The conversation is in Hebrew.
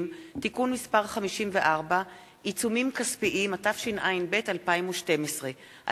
מלר-הורוביץ: 5 הצעת סיעות בל"ד חד"ש רע"ם-תע"ל להביע אי-אמון בממשלה בשל